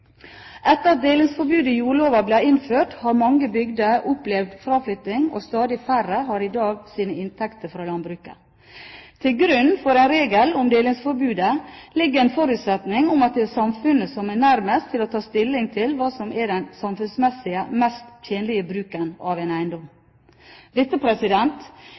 Etter at delingsforbudet i jordloven ble innført, har mange bygder opplevd fraflytting, og stadig færre har i dag sine inntekter fra landbruket. Til grunn for en regel om delingsforbud ligger en forutsetning om at det er samfunnet som er nærmest til å ta stilling til hva som er den samfunnsmessig mest tjenlige bruken av en eiendom. Dette